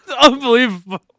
unbelievable